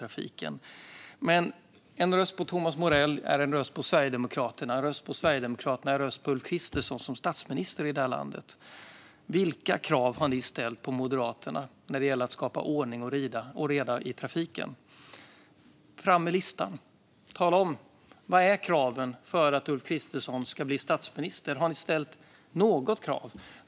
Problemet är att en röst på Thomas Morell är en röst på Sverigedemokraterna, och en röst på Sverigedemokraterna är en röst på Ulf Kristersson som statsminister i det här landet. Vilka krav har ni ställt på Moderaterna när det gäller att skapa ordning och reda i trafiken? Fram med listan! Tala om vad kraven är för att Ulf Kristersson ska bli statsminister! Har ni ställt något krav?